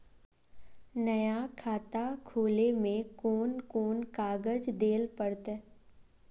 नया खाता खोले में कौन कौन कागज देल पड़ते?